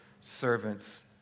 servants